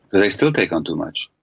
and i still take on too much.